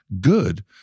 good